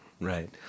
Right